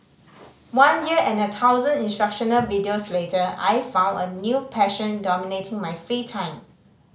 one year and a thousand instructional videos later I found a new passion dominating my free time